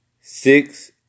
six